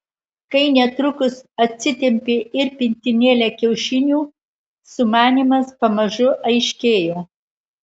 kai netrukus atsitempė ir pintinėlę kiaušinių sumanymas pamažu aiškėjo